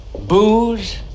booze